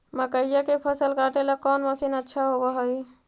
मकइया के फसल काटेला कौन मशीन अच्छा होव हई?